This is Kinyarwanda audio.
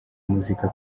muzika